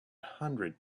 hundred